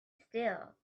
still